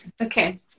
Okay